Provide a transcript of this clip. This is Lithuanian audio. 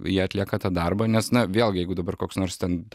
jie atlieka tą darbą nes na vėlgi jeigu dabar koks nors ten